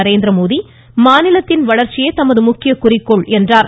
நரேந்திரமோடி மாநிலத்தின் வளர்ச்சியே தமது முக்கிய குறிக்கோள் என்றார்